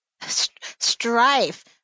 Strife